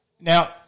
Now